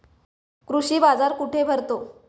कृषी बाजार कुठे भरतो?